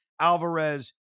Alvarez